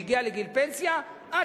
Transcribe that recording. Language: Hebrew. שהגיע לגיל פנסיה יש